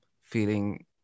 feeling